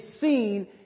seen